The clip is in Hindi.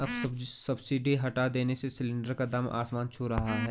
अब सब्सिडी हटा देने से सिलेंडर का दाम आसमान छू रहा है